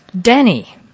Danny